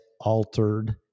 altered